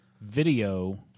video